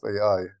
ai